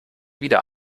wieder